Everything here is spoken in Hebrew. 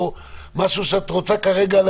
משהו שאת רוצה כרגע,